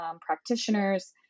practitioners